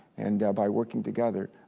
and by working together,